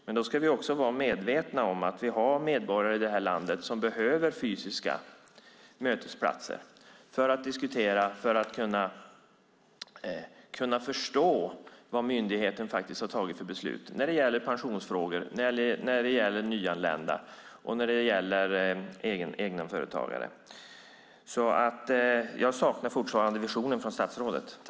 Men då ska vi också vara medvetna om att vi har medborgare i landet som behöver fysiska mötesplatser för att diskutera och för att kunna förstå vad myndigheten har tagit för beslut när det gäller pensionsfrågor, nyanlända eller egenföretagare. Jag saknar fortfarande visioner från statsrådet.